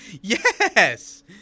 yes